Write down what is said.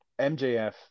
mjf